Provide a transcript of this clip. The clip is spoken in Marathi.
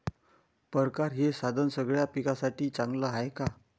परकारं हे साधन सगळ्या पिकासाठी चांगलं हाये का?